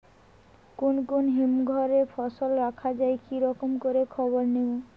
কুন কুন হিমঘর এ ফসল রাখা যায় কি রকম করে খবর নিমু?